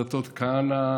שר הדתות כהנא,